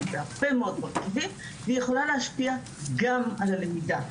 והרבה מאוד מרכיבים והיא יכולה להשפיע גם על הלמידה,